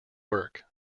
work